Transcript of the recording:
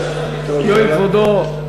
יואיל כבודו.